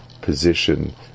position